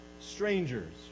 strangers